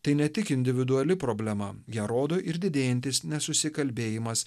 tai ne tik individuali problema ją rodo ir didėjantis nesusikalbėjimas